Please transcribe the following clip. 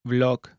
Vlog